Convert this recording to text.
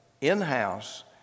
in-house